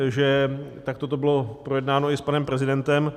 Že takto to bylo projednáno i s panem prezidentem.